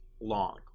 long